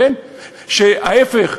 שלהפך,